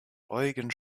eugen